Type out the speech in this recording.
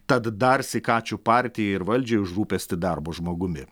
tad darsyk ačiū partijai ir valdžiai už rūpestį darbo žmogumi